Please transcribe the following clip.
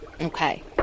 Okay